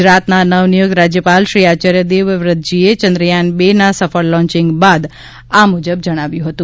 ગુજરાતના નવનિયુક્ત રાજ્યપાલ શ્રી આચાર્ય દેવવ્રતજીએ ચંદ્રયાન બે ના સફળ લોન્ચિંગ બાદ આ મુજબ જણાવ્યું હતું